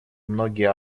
многие